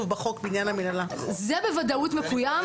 זה בוודאות מקוים.